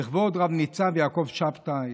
לכבוד רב-ניצב יעקב שבתאי,